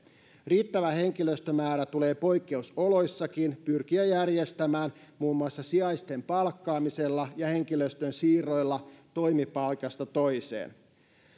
riittävä henkilöstömäärä tulee poikkeusoloissakin pyrkiä järjestämään muun muassa sijaisten palkkaamisella ja henkilöstön siirroilla toimipaikasta toiseen